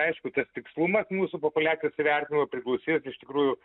aišku tas tikslumas mūsų populiacijos įvertinimo priklausys iš tikrųjų